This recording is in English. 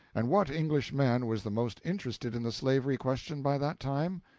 and what englishman was the most interested in the slavery question by that time?